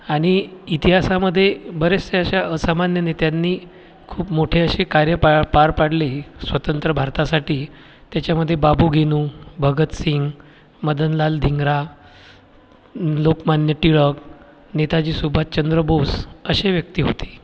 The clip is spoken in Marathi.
आणि इतिहासामध्ये बराचशा अशा असामान्य नेत्यांनी खूप मोठी अशी कार्ये पार पार पाडली स्वतंत्र भारतासाठी त्याच्यामध्ये बाबू गेनू भगतसिंग मदनलाल धिंगरा लोकमान्य टिळक नेताजी सुभाषचंद्र बोस असे व्यक्ती होते